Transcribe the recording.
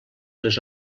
les